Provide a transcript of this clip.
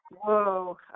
Whoa